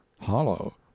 hollow